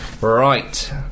Right